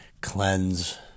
cleanse